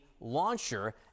launcher